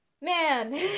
Man